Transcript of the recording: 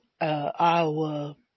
Iowa